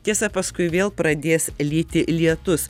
tiesa paskui vėl pradės lyti lietus